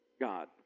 God